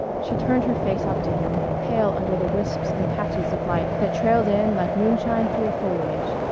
she turned her face up to him, pale under the wisps and patches of light that trailed in like moonshine through a foliage.